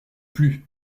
plu